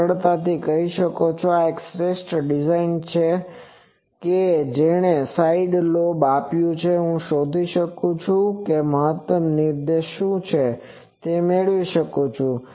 તમે સરળતાથી કહી શકો છો કે આ એક શ્રેષ્ઠ ડિઝાઇન છે કે જેણે સાઇડ લોબ આપ્યું છે હું શોધી શકું છું કે તે મહત્તમ નિર્દેશન શું છે હું તે મેળવી શકું